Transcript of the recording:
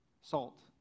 Salt